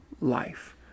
life